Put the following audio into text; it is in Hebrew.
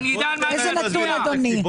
איזה נתון, אדוני?